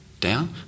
down